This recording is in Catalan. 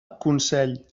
consell